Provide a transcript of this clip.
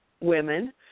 women